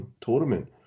tournament